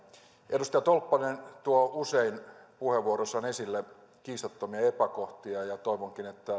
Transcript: edustaja tolppanen tuo usein puheenvuoroissaan esille kiistattomia epäkohtia ja toivonkin että